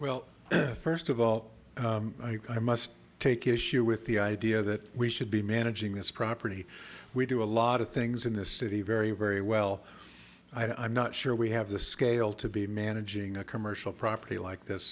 well first of all i must take issue with the idea that we should be managing this property we do a lot of things in this city very very well i'm not sure we have the scale to be managing a commercial property like this